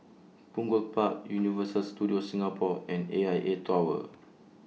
Punggol Park Universal Studios Singapore and A I A Tower